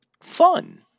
fun